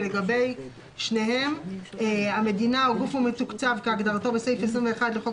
ולגבי שניהם המדינה או הגוף המתוקצב כהגדרתו בסעיף 21 לחוק